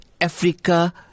africa